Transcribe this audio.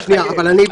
צביקה, מה זה לחייב?